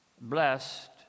blessed